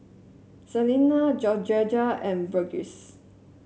Selina Georgetta and Burgess